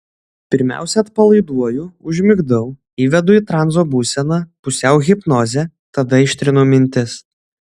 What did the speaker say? pirmiausia atpalaiduoju užmigdau įvedu į transo būseną pusiau hipnozę tada ištrinu mintis